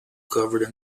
covered